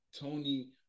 Tony